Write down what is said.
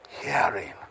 Hearing